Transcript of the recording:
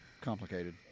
Complicated